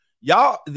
Y'all